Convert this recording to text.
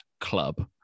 club